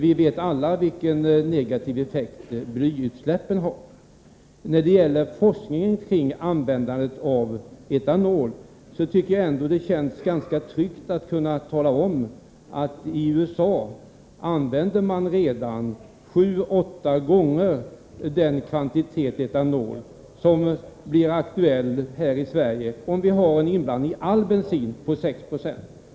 Vi vet alla vilken negativ effekt blyutsläppen har. När det gäller forskningen kring användandet av etanol tycker jag att det känns ganska tryggt att kunna tala om att i USA använder man redan 7 å 8 gånger den kvantitet etanol som blir aktuell här i Sverige, om vi blandar in 6 20 i all bensin.